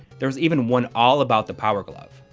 there was even one all about the power glove!